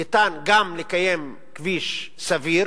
ניתן גם לקיים כביש סביר